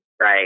Right